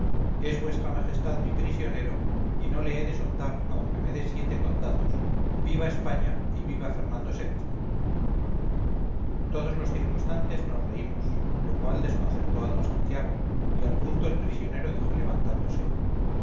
es vuestra majestad mi prisionero y no le he de soltar aunque me dé siete condados viva españa y viva fernando vii todos los circunstantes nos reímos lo cual desconcertó a d santiago y al punto el prisionero dijo levantándose